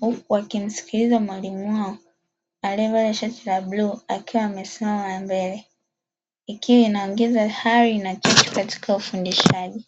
huku wakimsikiliza mwalimu wao aliyevaa shati la bluu akiwa amesimama mbele. Ikiwa inaongeza hali na juhudi katika ufundishaji.